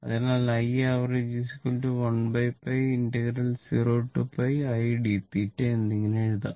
അതിനാൽ Iavg 1𝝿 0 i d എന്നിങ്ങിനെ എഴുതാം